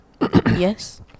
Yes